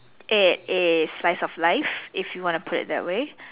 it is a slice of life if you want to put it that way